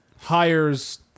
hires